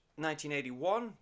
1981